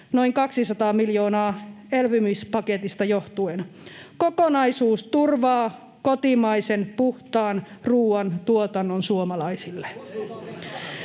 noin 200 miljoonaa elpymispaketista johtuen. Kokonaisuus turvaa kotimaisen puhtaan ruuan tuotannon suomalaisille.